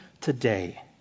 today